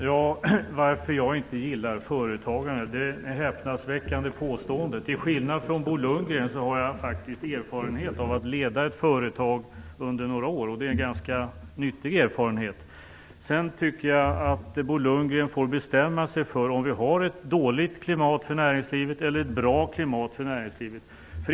Fru talman! Det är ett häpnadsväckande påstående att jag inte skulle gilla företagandet. Till skillnad från Bo Lundgren har jag faktiskt erfarenhet av att leda ett företag under några år, och det är en ganska nyttig erfarenhet. Bo Lundgren får faktiskt bestämma sig för om klimatet för näringslivet i landet är dåligt eller bra.